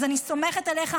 אז אני סומכת עליך.